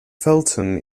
felton